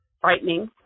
frightening